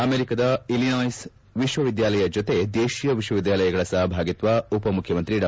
ಅಮೆರಿಕದ ಇಲಿನಾಯ್ಲ್ ವಿಶ್ವವಿದ್ಯಾಲಯ ಜೊತೆ ದೇಶೀಯ ವಿಶ್ವವಿದ್ಯಾಲಯಗಳ ಸಪಭಾಗಿತ್ವ ಉಪಮುಖ್ಯಮಂತ್ರಿ ಡಾ